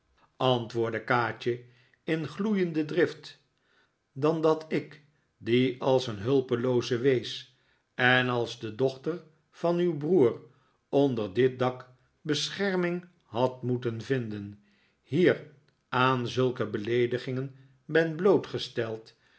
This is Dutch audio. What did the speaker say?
kaatje kaatje in gloeiende drift dan dat ik die als een hulpelooze wees en als de dochter van uw broer onder dit dak bescherming had moeten vinden hier aan zulke beleedigingen ben blootgesteld